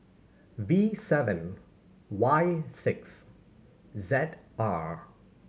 V seven Y six Z R